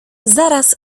zaraz